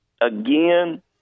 Again